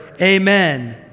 amen